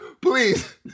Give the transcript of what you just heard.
please